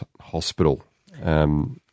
Hospital